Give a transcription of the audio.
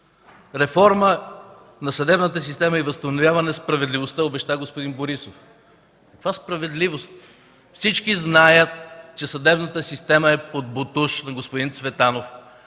Реформа на съдебната система и възстановяване справедливостта обеща господин Борисов. Каква справедливост?! Всички знаят, че съдебната система е под ботуша на господин Цветанов.